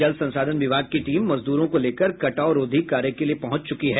जल संसाधन विभाग की टीम मजदूरों को लेकर कटाव रोधी कार्य के लिये पहुंच गयी है